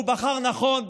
והוא בחר נכון,